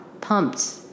pumped